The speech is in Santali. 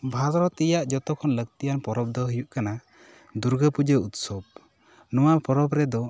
ᱵᱷᱟᱨᱚᱛ ᱨᱮᱭᱟᱜ ᱡᱚᱛᱚ ᱠᱷᱚᱱ ᱞᱟᱹᱠᱛᱤᱭᱟᱱ ᱯᱚᱨᱚᱵᱽ ᱫᱚ ᱦᱩᱭᱩᱜ ᱠᱟᱱᱟ ᱫᱩᱨᱜᱟᱹ ᱯᱩᱡᱟᱹ ᱩᱫᱥᱚᱵ ᱱᱚᱶᱟ ᱯᱚᱨᱚᱵᱽ ᱨᱮᱫᱚ